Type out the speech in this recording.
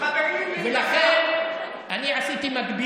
אני לא מסכים עם שום אלימות.